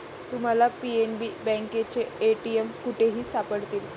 तुम्हाला पी.एन.बी बँकेचे ए.टी.एम कुठेही सापडतील